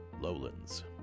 Lowlands